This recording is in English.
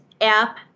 app